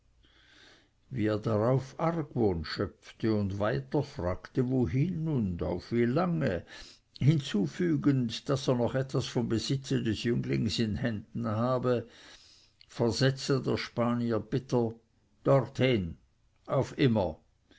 er darauf argwohn schöpfte und weiter fragte wohin und auf wie lange hinzufügend daß er noch etwas vom besitze des jünglings in händen habe versetzte der spanier bitter dorthin auf immer